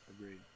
agreed